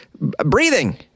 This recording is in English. breathing